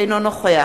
אינו נוכח